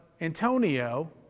Antonio